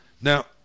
Now